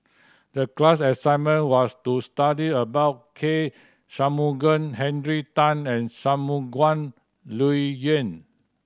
the class assignment was to study about K Shanmugam Henry Tan and Shangguan Liuyun